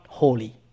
holy